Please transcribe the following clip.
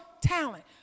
talent